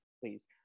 please